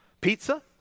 pizza